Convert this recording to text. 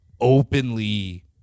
openly